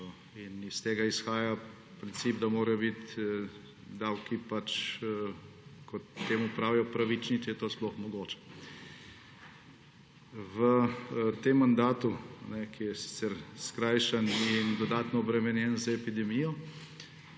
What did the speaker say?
In iz tega izhaja princip, da morajo biti davki, kot temu pravijo, pravični, če je to sploh mogoče. V tem mandatu, ki je sicer skrajšan in dodatno obremenjen z epidemijo,